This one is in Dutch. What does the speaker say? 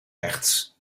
rechts